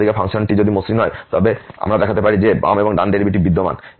অন্যদিকে ফাংশনটি যদি মসৃণ হয় তবে আমরা দেখাতে পারি যে বাম এবং ডান ডেরিভেটিভ বিদ্যমান